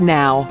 now